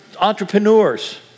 entrepreneurs